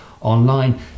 online